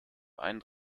ein